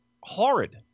horrid